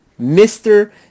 Mr